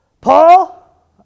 Paul